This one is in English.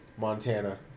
Montana